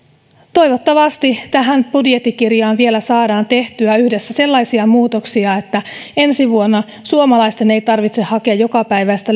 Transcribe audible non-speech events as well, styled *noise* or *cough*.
toivottavasti tähän budjettikirjaan vielä saadaan tehtyä yhdessä sellaisia muutoksia että ensi vuonna suomalaisten ei tarvitse hakea jokapäiväistä *unintelligible*